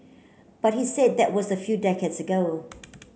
but he said that was a few decades ago